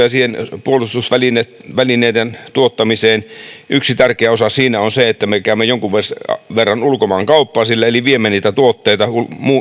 ja siinä puolustusvälineiden tuottamisessa yksi tärkeä osa on se että me käymme jonkun verran verran ulkomaankauppaa siellä eli viemme niitä tuotteita